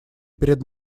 перед